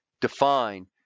define